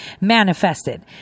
manifested